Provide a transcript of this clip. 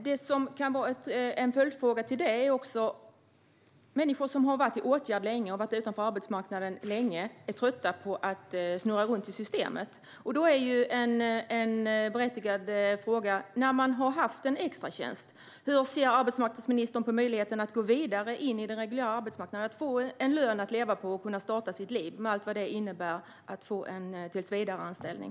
Herr talman! Jag tackar för svaret. Jag har en följdfråga som gäller människor som länge har befunnit sig i åtgärder och stått utanför arbetsmarknaden och som är trötta på att snurra runt i systemet. Det är berättigat att fråga arbetsmarknadsministern hur hon ser på möjligheten att gå vidare in på den reguljära arbetsmarknaden när man har haft en extratjänst. Hur ser arbetsmarknadsministern på möjligheten att få en lön att leva på och att kunna starta sitt liv, med allt vad det innebär att få en tillsvidareanställning?